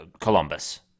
Columbus